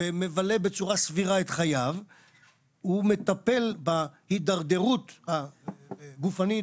ומבלה בצורה סבירה את חייו הוא מטפל בהתדרדרות הגופנית